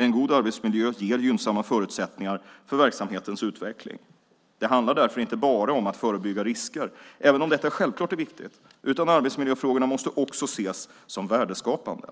En god arbetsmiljö ger gynnsamma förutsättningar för verksamhetens utveckling. Det handlar därför inte bara om att förebygga risker, även om detta självklart är viktigt, utan arbetsmiljöfrågorna måste också ses som värdeskapande.